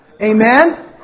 Amen